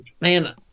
man